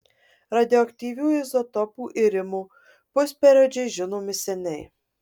radioaktyvių izotopų irimo pusperiodžiai žinomi seniai